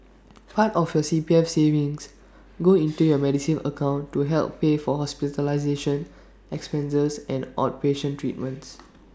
part of your C P F savings go into your Medisave account to help pay for hospitalization expenses and outpatient treatments